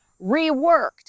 reworked